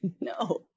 No